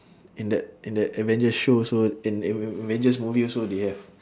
in that in that avenger show also in a~ avengers movie also they have